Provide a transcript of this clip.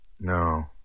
No